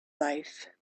life